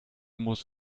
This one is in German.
muss